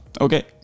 okay